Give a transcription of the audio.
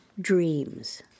dreams